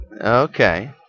Okay